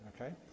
Okay